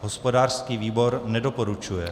Hospodářský výbor nedoporučuje.